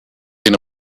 been